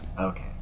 Okay